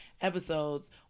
episodes